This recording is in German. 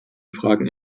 fragen